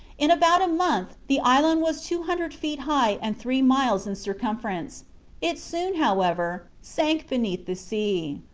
in about a month the island was two hundred feet high and three miles in circumference it soon, however, sank beneath the sea.